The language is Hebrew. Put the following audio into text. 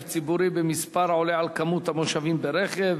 ציבורי במספר העולה על כמות המושבים ברכב),